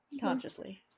Consciously